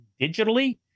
digitally